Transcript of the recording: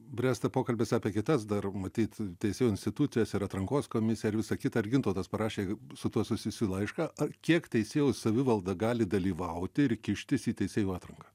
bręsta pokalbis apie kitas dar matyt teisėjų institucijas ir atrankos komisiją ir visa kita ir gintautas parašė su tuo susijusį laišką kiek teisėjų savivalda gali dalyvauti ir kištis į teisėjų atranką